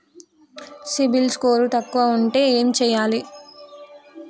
CIBIL score తక్కువ ఉంటే ఏం చేయాలి?